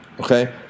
Okay